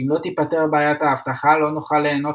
"אם לא תיפתר בעיית האבטחה לא נוכל להינות